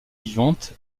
vivante